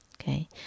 Okay